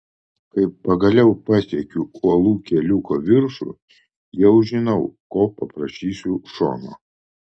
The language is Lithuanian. kai pagaliau pasiekiu uolų keliuko viršų jau žinau ko paprašysiu šono